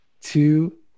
two